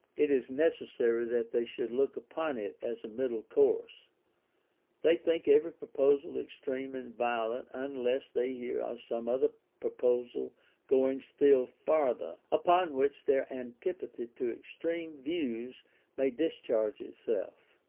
it is necessary that they should look upon it as a middle course they think every proposal extreme and violent unless they hear of some other proposal going still farther, upon which their antipathy to extreme views may discharge itself.